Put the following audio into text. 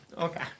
Okay